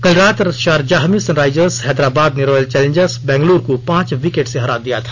कल रात शारजाह में सनराइजर्स हैदराबाद ने रॉयल चैलेंजर्स बैंगलोर को पांच विकेट से हरा दिया था